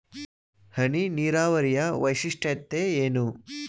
ಹನಿ ನೀರಾವರಿಯ ವೈಶಿಷ್ಟ್ಯತೆ ಏನು?